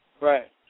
Right